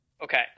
Okay